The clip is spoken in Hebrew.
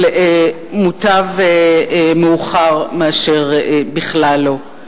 אבל מוטב מאוחר מאשר בכלל לא.